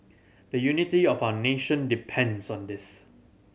the unity of our nation depends on this